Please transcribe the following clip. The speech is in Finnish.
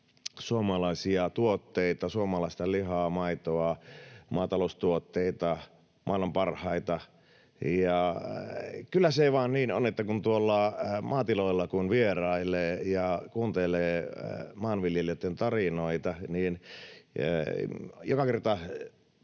suomalaisia tuotteita, suomalaista lihaa, maitoa, maataloustuotteita, maailman parhaita. Kyllä se vaan niin on, että kun tuolla maatiloilla vierailee ja kuuntelee maanviljelijöitten tarinoita, niin joka kerta